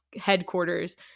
headquarters